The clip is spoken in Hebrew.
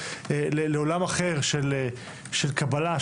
עולם אחר של קבלה,